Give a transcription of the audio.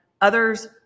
others